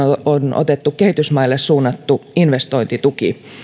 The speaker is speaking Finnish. on otettu kehitysmaille suunnattu investointituki